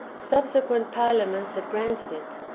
subsequent parliaments had granted it,